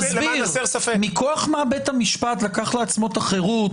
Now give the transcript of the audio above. תסביר מכוח מה בית המשפט לקח לעצמו את החירות